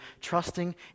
Trusting